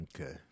Okay